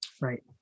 Right